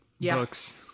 books